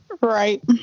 Right